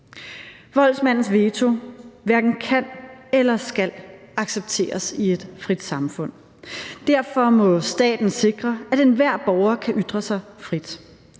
Voldsmandens veto hverken kan eller skal accepteres i et frit samfund. Derfor må staten sikre, at enhver borger kan ytre sig frit.